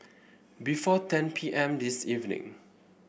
before ten P M this evening